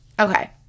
Okay